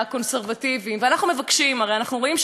הרי אנחנו רואים שלא התחיל שום מהלך.